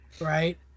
right